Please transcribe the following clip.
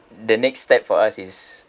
the next step for us is